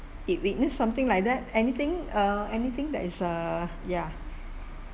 it witnessed something like that anything uh anything that is uh ya